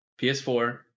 PS4